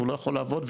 והוא לא יכול לעבוד,